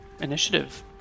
Initiative